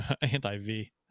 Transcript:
anti-v